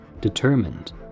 determined